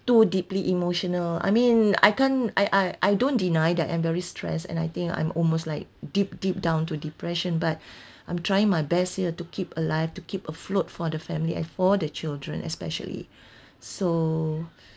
too deeply emotional I mean I can't I I I don't deny that I'm very stressed and I think I'm almost like deep deep down to depression but I'm trying my best to keep alive to keep afloat for the family and for the children especially so